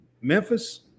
Memphis